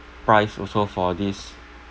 price also for this